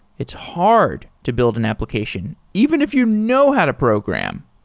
it's hard to build an application even if you know how to program.